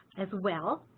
as well.